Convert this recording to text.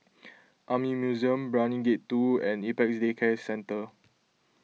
Army Museum Brani Gate two and Apex Day Care Centre